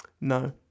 No